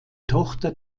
tochter